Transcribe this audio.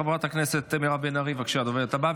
חברת הכנסת מירב בן ארי, בבקשה, הדוברת הבאה.